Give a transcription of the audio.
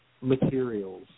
materials